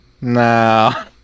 Nah